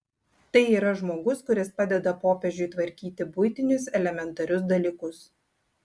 tai yra žmogus kuris padeda popiežiui tvarkyti buitinius elementarius dalykus